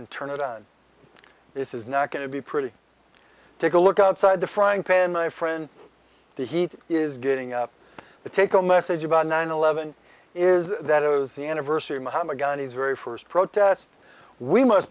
and turn it on this is not going to be pretty take a look outside the frying pan my friend the heat is getting up to take a message about nine eleven is that it was the anniversary mahatma gandhi's very first protest we must